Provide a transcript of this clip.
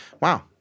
Wow